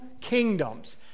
kingdoms